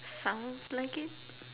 sounds like it